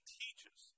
teaches